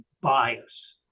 bias